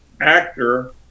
actor